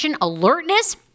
alertness